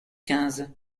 quinze